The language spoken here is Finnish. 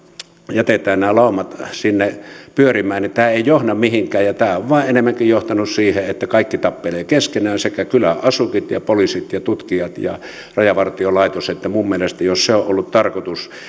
jätetään nämä laumat sinne pyörimään tämä ei johda mihinkään tämä on vain enemmänkin johtanut siihen että kaikki tappelevat keskenään kylän asukit ja poliisit ja tutkijat ja rajavartiolaitos minun mielestäni jos se on ollut tarkoitus